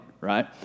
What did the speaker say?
right